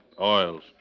Oils